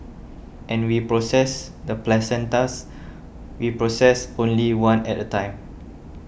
and we process the placentas we process only one at a time